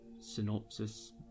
synopsis